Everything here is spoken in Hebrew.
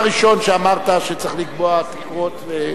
הראשון שאמרת שצריך לקבוע תקרות.